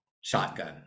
shotgun